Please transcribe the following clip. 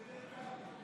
זה שאף אחד לא,